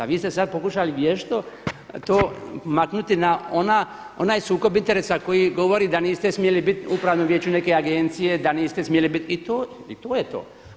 A vi ste sad pokušali vješto to maknuti na onaj sukob interesa koji govori da niste smjeli bit u upravnom vijeću neke agencije, da niste smjeli bit i to je to.